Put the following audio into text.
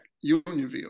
Unionville